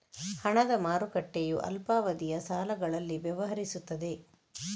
ಹಣದ ಮಾರುಕಟ್ಟೆಯು ಅಲ್ಪಾವಧಿಯ ಸಾಲಗಳಲ್ಲಿ ವ್ಯವಹರಿಸುತ್ತದೆ